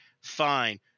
fine